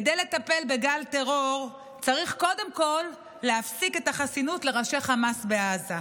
כדי לטפל בגל טרור צריך קודם כול להפסיק את החסינות לראשי חמאס בעזה.